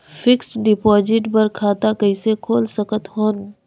Fixed deposit बर खाता कइसे खोल सकत हन?